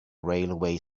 railway